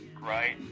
right